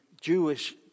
Jewish